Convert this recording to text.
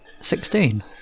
Sixteen